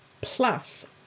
plus